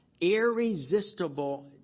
Irresistible